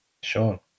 Sure